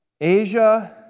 Asia